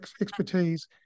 expertise